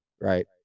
right